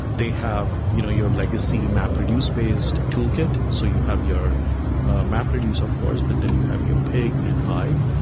they have you know your legacy mapreduce-based toolkit. so you have your mapreduce, of course, but then you have your pig and hive,